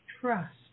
trust